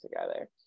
together